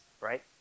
right